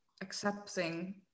accepting